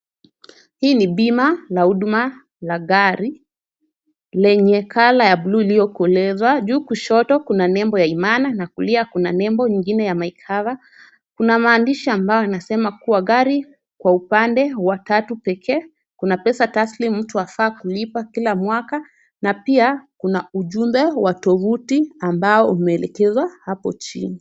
Hii ni pima la huduma la gari lenye colour ya bluu iliokoleshwa. Juu kushoto kuna nebo ya Imana na kulia kuna nebo ingine ya Ykava, kuna maandishi ambayo unasema kuwa gari kwa upande wa tatu pekee, kuna peza taslim mtu unavaa kulipa kila mwaka na pia kuna ujumbe wa tufuti ambao umeelekeswa hapo jini.